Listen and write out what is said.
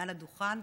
מעל הדוכן,